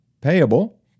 payable